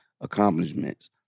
accomplishments